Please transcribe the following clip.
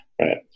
right